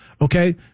Okay